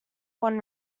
one